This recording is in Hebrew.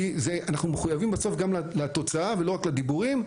כי אנחנו מחויבים בסוף גם לתוצאה ולא רק לדיבורים,